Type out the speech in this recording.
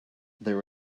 there